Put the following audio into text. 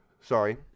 sorry